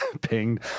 pinged